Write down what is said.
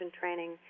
training